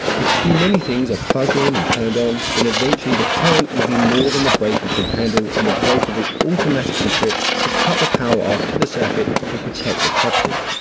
if too many things are plugged in and turned on then eventually the current will be more than the breaker can handle and the breaker will automatically trip to cut the power off to the circuit and protect the property.